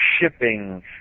shipping